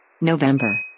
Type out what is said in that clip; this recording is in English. November